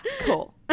cool